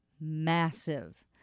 massive